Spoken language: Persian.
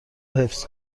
حفظ